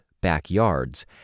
backyards